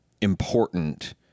important